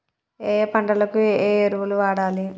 ఏయే పంటకు ఏ ఎరువులు వాడాలి?